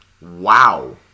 Wow